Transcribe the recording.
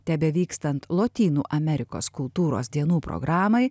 tebevykstant lotynų amerikos kultūros dienų programai